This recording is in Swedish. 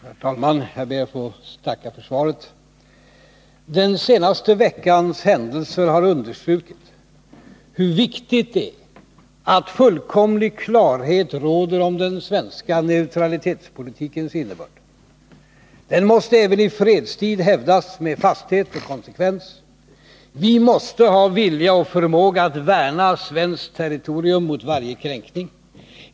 Herr talman! Jag ber att få tacka för svaret. Den senaste veckans händelser har understrukit hur viktigt det är att fullkomlig klarhet råder om den svenska neutralitetspolitikens innebörd. Den måste även i fredstid hävdas med fasthet och konsekvens. Vi måste ha vilja och förmåga att värna svenskt territorium mot varje kränkning.